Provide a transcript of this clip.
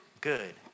Good